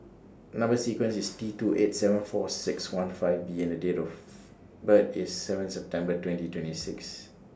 Number sequence IS T two eight seven four six one five B and The Date of birth IS seven September twenty twenty six